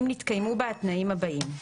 אם נתקיימו בה התנאים הבאים: